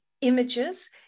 Images